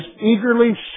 eagerly